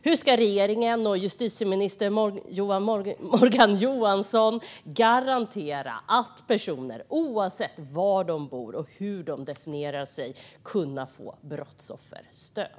Hur ska regeringen och justitieminister Morgan Johansson garantera att personer, oavsett var de bor och hur de definierar sig, ska kunna få brottsofferstöd?